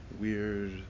weird